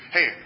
Hey